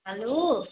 hello